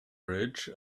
bridge